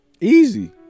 Easy